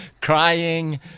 crying